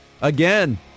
again